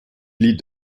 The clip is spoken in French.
plis